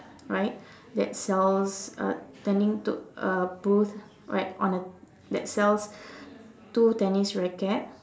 right that sells uh tending to a booth like on a that sells two tennis racket